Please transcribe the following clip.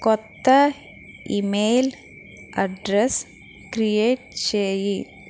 కొత్త email address create చేయి